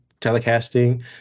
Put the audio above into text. telecasting